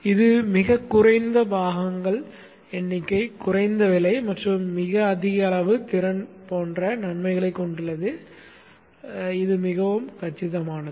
இது மிகக் குறைந்த பாகங்கள் எண்ணிக்கை குறைந்த விலை மற்றும் மிக அதிக அளவு திறன் போன்ற நன்மைகளைக் கொண்டுள்ளது இது மிகவும் கச்சிதமானது